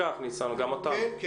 מדינה